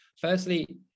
firstly